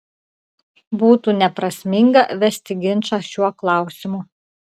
būtų neprasminga vesti ginčą šiuo klausimu